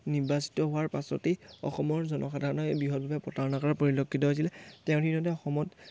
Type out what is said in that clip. নিৰ্বাচিত হোৱাৰ পাছতেই অসমৰ জনসাধাৰণে বৃহৎভাৱে প্ৰতাৰণা কৰাৰ পৰিলক্ষিত হৈছিলে তেওঁৰ দিনতে অসমত